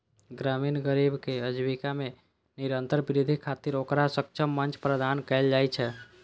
ग्रामीण गरीबक आजीविका मे निरंतर वृद्धि खातिर ओकरा सक्षम मंच प्रदान कैल जाइ छै